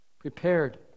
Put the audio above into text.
prepared